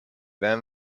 than